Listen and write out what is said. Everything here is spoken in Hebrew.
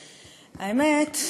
האמת,